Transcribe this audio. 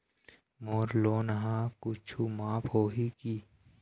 मोर loan हा कुछू माफ होही की?